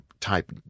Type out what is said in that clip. type